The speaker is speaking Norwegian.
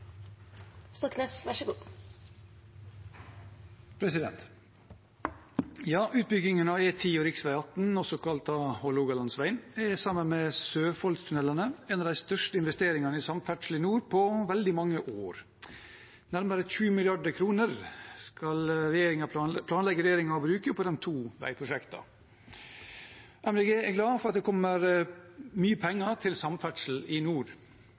sammen med Sørfoldtunnelene – en av de største investeringene i samferdsel i nord på veldig mange år. Nærmere 20 mrd. kr planlegger regjeringen å bruke på de to veiprosjektene. MDG er glad for at det kommer mye penger til samferdsel i nord.